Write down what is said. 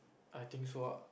I think so ah